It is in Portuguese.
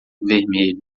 vermelho